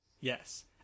Yes